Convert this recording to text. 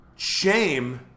Shame